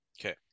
Okay